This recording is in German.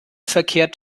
verkehrt